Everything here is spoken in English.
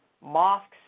mosques